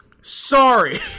sorry